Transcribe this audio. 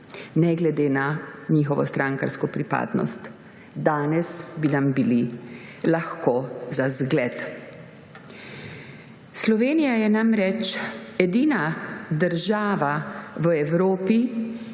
ne glede na njihovo strankarsko pripadnost. Danes bi nam bili lahko za zgled. Slovenija je namreč edina država v Evropi,